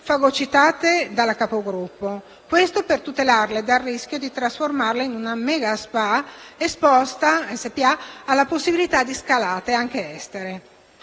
fagocitate dalla capogruppo, per tutelarle dal rischio di trasformarle in una mega SpA, esposta alla possibilità di scalate, anche estere.